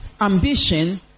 ambition